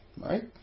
Right